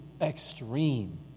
extreme